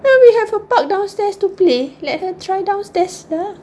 ya we have a park downstairs to play let her try downstairs lah